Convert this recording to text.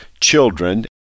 children